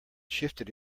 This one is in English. shifted